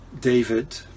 David